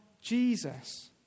Jesus